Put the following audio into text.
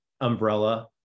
umbrella